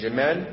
Amen